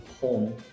home